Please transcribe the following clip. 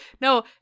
no